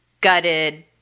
gutted